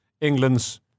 England's